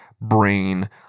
brain